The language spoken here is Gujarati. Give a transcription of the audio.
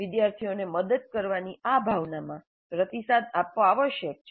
વિદ્યાર્થીઓને મદદ કરવાની આ ભાવનામાં પ્રતિસાદ આપવો આવશ્યક છે